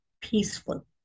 peaceful